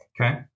Okay